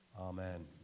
Amen